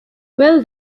well